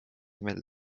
meelde